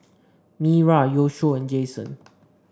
Myra Yoshio and Jasen